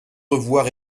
revoir